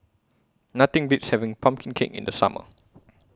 Nothing Beats having Pumpkin Cake in The Summer